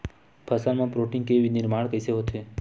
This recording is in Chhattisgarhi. फसल मा प्रोटीन के निर्माण कइसे होथे?